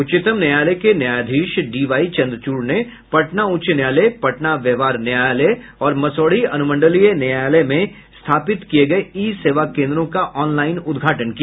उच्चतम न्यायालय के न्यायाधीश डी वाई चंद्रचूड़ ने पटना उच्च न्यायालय पटना व्यवहार न्यायालय और मसौढ़ी अनुमंडलीय न्यायालय में स्थापित किये गये ई सेवाकेन्द्रों का ऑनलाइन उद्घाटन किया